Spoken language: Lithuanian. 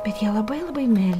bet jie labai labai mel